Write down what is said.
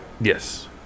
Yes